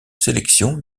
sélection